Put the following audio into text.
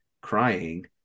crying